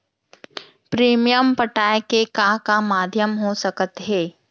Premium पटाय के का का माधयम हो सकत हे?